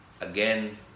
again